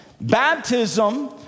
Baptism